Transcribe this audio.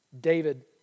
David